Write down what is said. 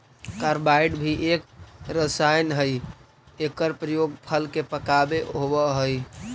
carbide भी एक रसायन हई एकर प्रयोग फल के पकावे होवऽ हई